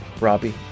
Robbie